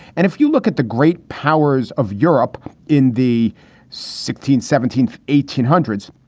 and if you look at the great powers of europe in the sixteen, seventeen, eighteen hundreds,